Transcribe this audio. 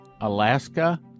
Alaska